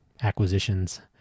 acquisitions